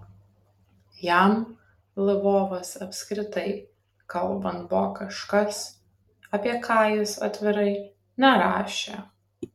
jam lvovas apskritai kalbant buvo kažkas apie ką jis atvirai nerašė